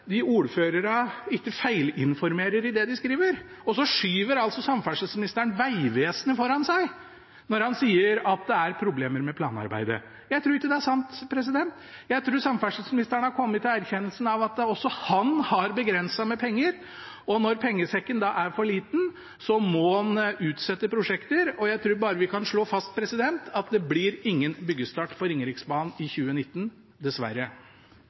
er sant. Jeg tror samferdselsministeren har kommet til erkjennelsen av at også han har begrenset med penger. Når pengesekken er for liten, må han utsette prosjekter, og jeg tror bare vi kan slå fast at det blir ingen byggestart på Ringeriksbanen i 2019, dessverre.